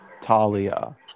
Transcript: Talia